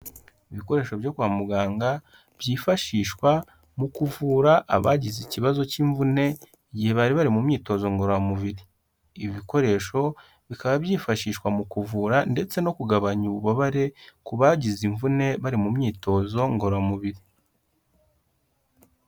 Ibikoresho byo kwa muganga byifashishwa mu kuvura abagize ikibazo cy'imvune igihe bari bari mu myitozo ngororamubiri, ibi bikoresho bikaba byifashishwa mu kuvura ndetse no kugabanya ububabare ku bagize imvune bari mu myitozo ngororamubiri.